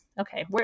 okay